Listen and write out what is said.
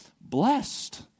blessed